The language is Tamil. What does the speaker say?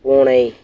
பூனை